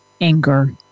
Anger